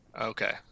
Okay